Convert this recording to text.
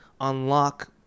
unlock